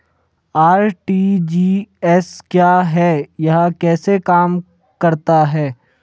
RTGS क्या है यह कैसे काम करता है?